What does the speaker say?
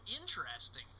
interesting